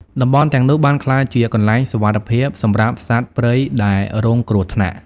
តំបន់ទាំងនោះបានក្លាយជាកន្លែងសុវត្ថិភាពសម្រាប់សត្វព្រៃដែលរងគ្រោះថ្នាក់។